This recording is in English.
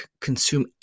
consume